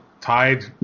tied